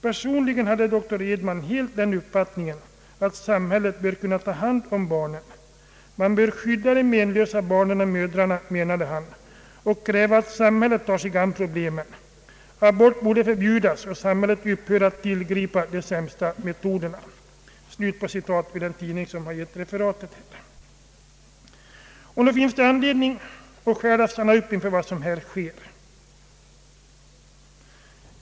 Personligen hade dr Edman den uppfattningen att samhället bör kunna ta hand om barnen. Man bör skydda de menlösa barnen och mödrarna, menade han, och kräva att samhället tar sig an problemen. Abort borde förbjudas och samhället upphöra att tillgripa de sämsta metoderna.” Här slutar citatet ur den tidning som har gjort referatet. Det finns anledning att skärpa sin vaksamhet inför vad som här sker.